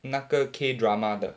那个 K drama 的